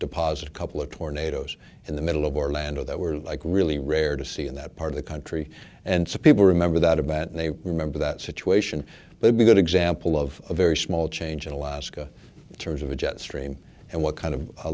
deposit a couple of tornadoes in the middle of orlando that were like really rare to see in that part of the country and speak we remember that about and they remember that situation would be good example of a very small change in alaska in terms of the jet stream and what kind of a